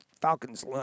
Falcons